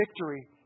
victory